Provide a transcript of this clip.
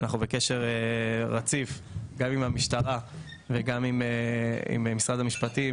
אנחנו בקשר רציף גם עם המשטרה וגם עם משרד המשפטים,